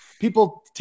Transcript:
people